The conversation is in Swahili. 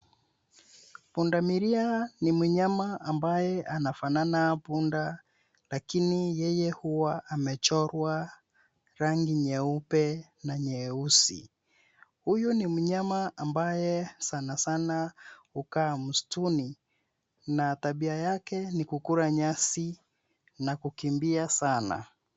Punda milia ni mnyama ambaye anafanana na punda, lakini yeye huwa amechorwa rangi nyeupe na nyeusi. Huyu ni mnyama ambayesana sana hukaa msituni, na tabia yake ni kula nyasi na kukimbia sana.